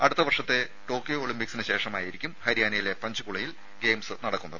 അടുത്ത വർഷത്തെ ടോക്കിയോ ഒളിമ്പിക്സിന് ശേഷമായിരിക്കും ഹരിയാനയിലെ പഞ്ച്കുളയിൽ ഗെയിംസ് നടക്കുന്നത്